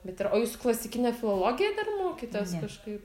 bet yra o jūs klasikinę filologiją dar mokėtės kažkaip